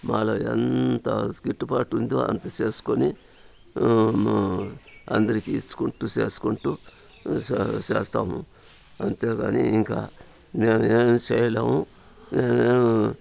మాలో ఎంత గిట్టుబాటు ఉందో అంత చేసుకొని మా అందరికీ ఇచ్చుకుంటూ చేసుకుంటూ చాలా చేస్తాము అంతేగాని ఇంకా నేను ఏమి చేయలేము మేము